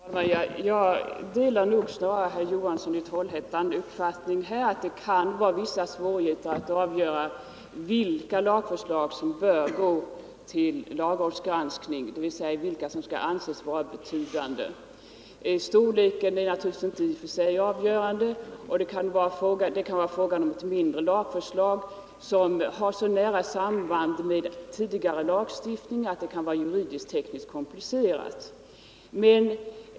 Herr talman! Jag delar nog snarare herr Johanssons i Trollhättan uppfattning, att det kan uppstå vissa svårigheter när det gäller att avgöra vilka lagförslag som bör gå till lagrådsgranskning, dvs. vilka som skall anses vara betydelsefulla. Storleken är naturligtvis inte i och för sig avgörande — det kan vara fråga om ett mindre lagförslag som har så nära samband med tidigare lagstiftning att förslaget kan vara juridiskt och tekniskt komplicerat.